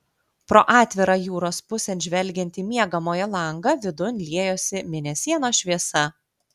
pro atvirą jūros pusėn žvelgiantį miegamojo langą vidun liejosi mėnesienos šviesa